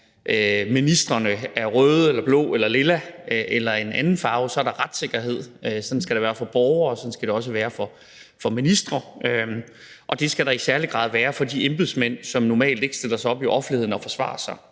om ministrene er røde, blå, lilla eller en anden farve, er der retssikkerhed – sådan skal det være for borgere, og sådan skal det også være for ministre, og det skal der i særlig grad være for de embedsmænd, som normalt ikke stiller sig op i offentligheden og forsvarer sig.